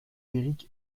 eric